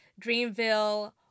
Dreamville